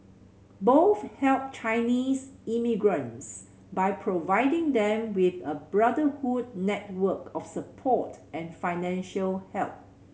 both helped Chinese immigrants by providing them with a brotherhood network of support and financial help